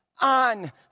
on